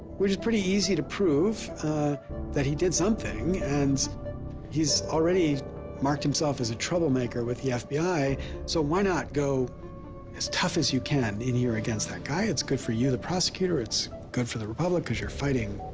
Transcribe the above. which is pretty easy to prove that he did something and he has already marked himself as a troublemaker with the fbi so why not go as tough as you can in hearing? against that guy? it's good for you the prosecutor, it's good for the republic cause you're fighting